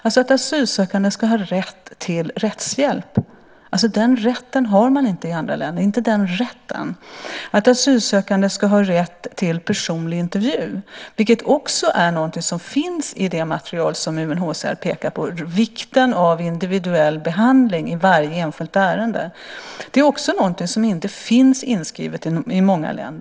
Det är att asylsökande ska ha rätt till rättshjälp. Den rätten har man inte i andra länder - man har inte rätten . Asylsökande ska också ha rätt till personlig intervju. Det är också något som finns i det material som UNHCR pekar på. Vikten av individuell behandling i varje enskilt ärende finns inte inskrivet i många länder.